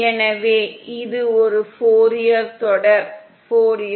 எனவே இது ஒரு ஃபோரியர் தொடர்